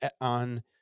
on